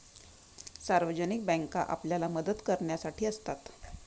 सार्वजनिक बँका आपल्याला मदत करण्यासाठी असतात